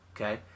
okay